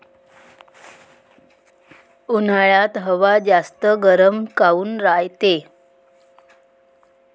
उन्हाळ्यात हवा जास्त गरम काऊन रायते?